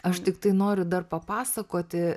aš tiktai noriu dar papasakoti